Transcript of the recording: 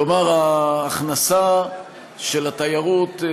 כלומר ההכנסה של התיירות,